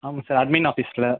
ஆமாம் sir admin ஆஃபிஸ்சில்